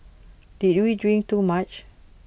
did we drink too much